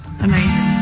Amazing